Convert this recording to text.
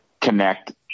connect